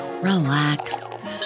relax